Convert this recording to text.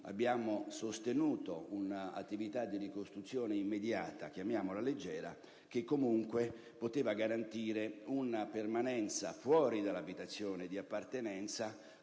abbiamo sostenuto un'attività di ricostruzione immediata, chiamiamola «leggera», che poteva garantire comunque una permanenza fuori dall'abitazione di appartenenza